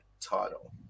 title